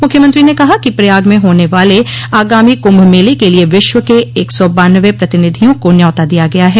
मुख्यमंत्री ने कहा कि प्रयाग में होने वाले आगामी कुंभ मेले के लिए विश्व के एक सौ बाननवे प्रतिनिधियों को न्यौता दिया गया है